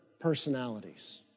personalities